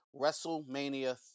WrestleMania